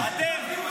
אתה יודע מי אשם בזה?